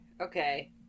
Okay